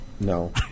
No